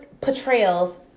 portrayals